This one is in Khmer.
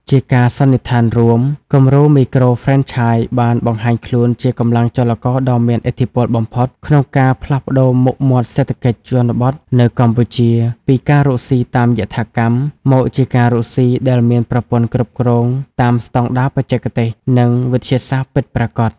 ជាការសន្និដ្ឋានរួម គំរូមីក្រូហ្វ្រេនឆាយបានបង្ហាញខ្លួនជាកម្លាំងចលករដ៏មានឥទ្ធិពលបំផុត ក្នុងការផ្លាស់ប្តូរមុខមាត់សេដ្ឋកិច្ចជនបទនៅកម្ពុជា ពីការរកស៊ីតាមយថាកម្ម មកជាការរកស៊ីដែលមានប្រព័ន្ធគ្រប់គ្រងតាមស្ដង់ដារបច្ចេកទេស និងវិទ្យាសាស្ត្រពិតប្រាកដ។